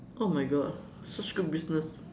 oh my god such good business